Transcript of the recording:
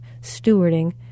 stewarding